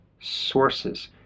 sources